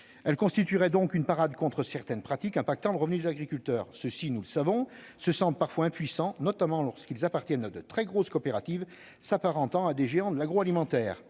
Elles constitueraient donc une parade contre certaines pratiques affectant le revenu des agriculteurs. Ces derniers, nous le savons, se sentent parfois impuissants, notamment lorsqu'ils appartiennent à de très grosses coopératives s'apparentant à des géants de l'agroalimentaire.